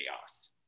chaos